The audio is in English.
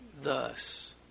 thus